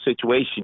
situation